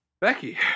Becky